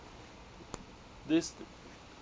this